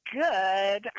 good